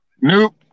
Nope